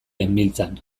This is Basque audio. genbiltzan